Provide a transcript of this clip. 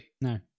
No